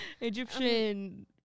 Egyptian